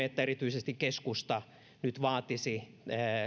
että erityisesti keskusta nyt vaatisi